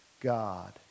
God